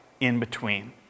in-between